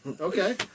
okay